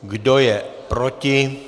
Kdo je proti?